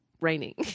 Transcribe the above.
raining